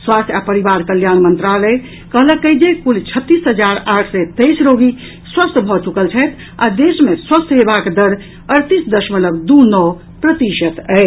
स्वास्थ्य आ परिवार कल्याण मंत्रालय कहलक अछि जे कुल छत्तीस हजार आठ सय तेईस रोगी स्वस्थ भऽ चुकल छथि आ देश मे स्वस्थ हेबाक दर अड़तीस दशमलव दू नओ प्रतिशत अछि